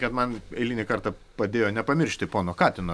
kad man eilinį kartą padėjo nepamiršti pono katino